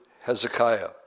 Hezekiah